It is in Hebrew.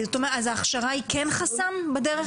אז ההכשרה היא כן חסם בדרך?